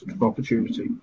opportunity